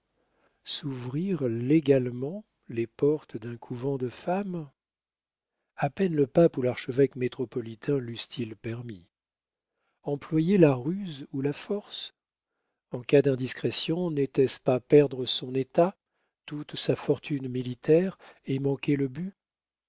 s'ouvrir légalement les portes d'un couvent de femmes a peine le pape ou l'archevêque métropolitain leussent ils permis employer la ruse ou la force en cas d'indiscrétion n'était-ce pas perdre son état toute sa fortune militaire et manquer le but